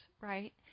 right